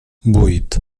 vuit